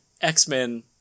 X-Men